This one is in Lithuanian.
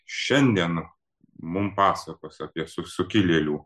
šiandien mum pasakos apie su sukilėlių